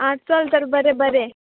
आं चल तर बरें बरें